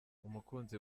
umukunzi